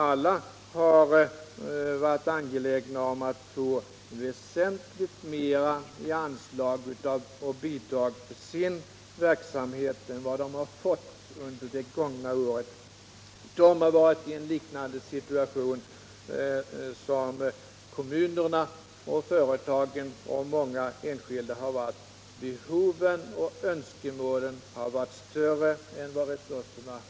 Alla har de varit angelägna om att få väsentligt större bidrag till sin verksamhet än vad de fått under det gångna året. De har varit i ungefär samma situation som kommunerna, företagen och många enskilda: behoven och önskemålen har varit större än resurserna.